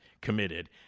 committed